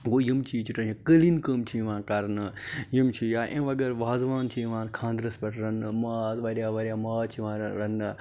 گوٚو یِم چیٖز چھِ ٹریڈ قٲلیٖن کٲم چھِ یِوان کَرنہٕ یِم چھِ یا امہِ وَغٲر وازوان چھِ یِوان خاندرَس پیٹھ رَننہٕ ماز واریاہ واریاہ ماز چھُ یِوان رَننہٕ